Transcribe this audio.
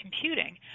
computing